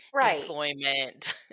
employment